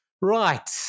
Right